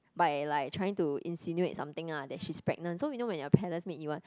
by like trying to insinuate something lah that she is pregnant so you know when you are palace maid you want